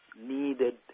needed